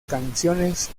canciones